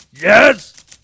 Yes